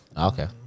Okay